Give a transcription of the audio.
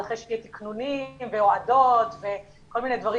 אז אחרי שיהיו תקנונים והועדות וכל מיני דברים